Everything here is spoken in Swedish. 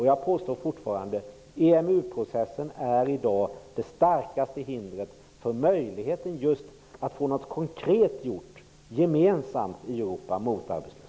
Jag påstår fortfarande: EMU processen är i dag det starkaste hindret för möjligheten att få någonting konkret gjort gemensamt i Europa mot arbetslösheten.